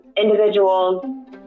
individuals